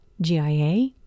GIA